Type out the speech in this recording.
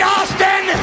Austin